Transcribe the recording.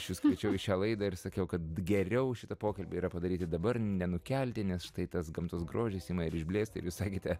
aš jus kviečiau į šią laidą ir sakiau kad geriau šitą pokalbį yra padaryti dabar nenukelti nes štai tas gamtos grožis ima ir išblėsta ir jūs sakėte